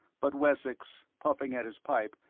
but wessex, puffing at his pipe,